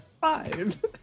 Five